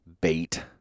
bait